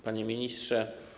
Panie Ministrze!